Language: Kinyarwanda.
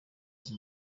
iki